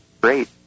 great